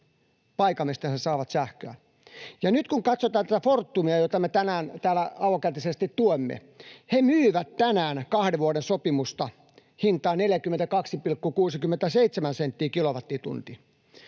paikan, mistä he saavat sähköä, ja nyt kun katsotaan tätä Fortumia, jota me tänään täällä avokätisesti tuemme, niin he myyvät tänään kahden vuoden sopimusta hintaan 42,67 senttiä kilowattitunti.